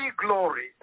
glory